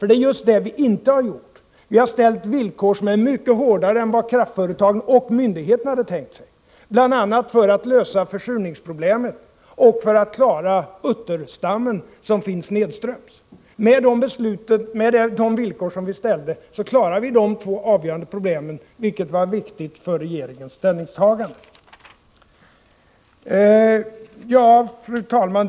Det är just det vi inte har gjort. Vi har ställt villkor som är mycket hårdare än vad kraftföretagen och myndigheterna hade tänkt sig, bl.a. för att lösa försurningsproblemet och för att klara utterstammen som finns nedströms. Med de villkor som vi ställt klarar vi de två avgörande problemen, vilket var viktigt för regeringens ställningstagande. Fru talman!